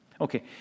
Okay